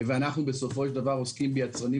ואנחנו בסופו של דבר עוסקים ביצרנים